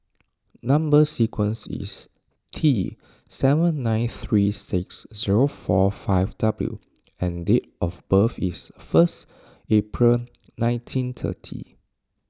Number Sequence is T seven nine three six zero four five W and date of birth is first April nineteen thirty